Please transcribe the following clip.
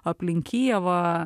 aplink kijevą